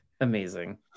Amazing